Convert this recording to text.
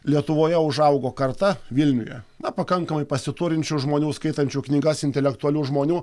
lietuvoje užaugo karta vilniuje na pakankamai pasiturinčių žmonių skaitančių knygas intelektualių žmonių